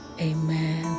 Amen